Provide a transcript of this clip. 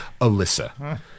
Alyssa